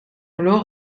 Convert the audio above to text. verloren